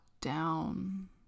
down